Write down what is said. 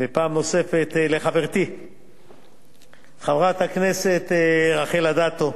ופעם נוספת לחברתי חברת הכנסת רחל אדטו,